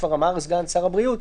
כבר אמר סגן שר הבריאות,